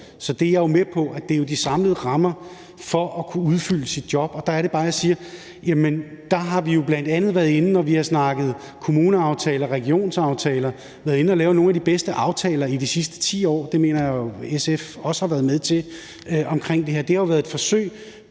Så jeg er jo med på, at det er de samlede rammer for at kunne udfylde sit job. Og der er det bare, jeg siger, at vi, når vi har snakket kommuneaftaler og regionsaftaler, bl.a. har været inde og lave nogle af de bedste aftaler i de sidste 10 år om det her – det mener jeg SF også har været med til. Det har jo været et forsøg